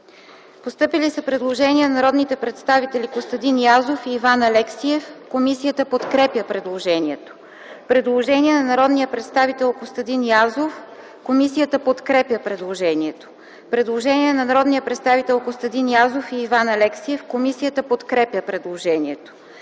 постъпило предложение от народните представители Костадин Язов и Иван Алексиев. Комисията подкрепя предложението. Предложение от народния представител Костадин Язов. Комисията подкрепя предложението. Предложение от народните представители Костадин Язов и Иван Алексиев. Комисията подкрепя предложението.